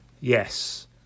Yes